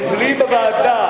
אצלי בוועדה,